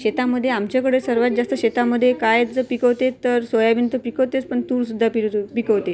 शेतामध्ये आमच्याकडे सर्वात जास्त शेतामध्ये काहीच जर पिकवते तर सोयाबीन तर पिकवतेच पण तूरसुद्धा पिरंर पिकवते